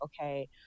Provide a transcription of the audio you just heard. okay